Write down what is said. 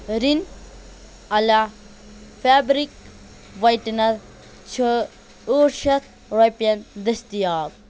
Rin Ala fabric whitener چھِ ٲٹھ شیٚتھ رۄپیَن دٔستِیاب